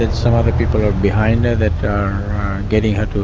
that so other people are behind her that are getting her